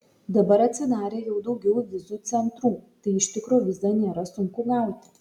dabar atsidarė jau daugiau vizų centrų tai iš tikro vizą nėra sunku gauti